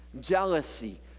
jealousy